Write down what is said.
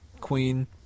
Queen